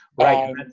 Right